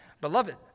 Beloved